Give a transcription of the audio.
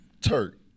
Turk